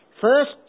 First